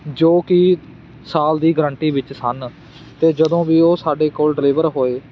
ਜੋ ਕਿ ਸਾਲ ਦੀ ਗਰੰਟੀ ਵਿੱਚ ਸਨ ਅਤੇ ਜਦੋਂ ਵੀ ਉਹ ਸਾਡੇ ਕੋਲ ਡਿਲੀਵਰ ਹੋਏ